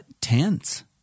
tense